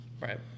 Right